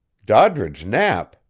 doddridge knapp!